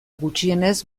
gutxienez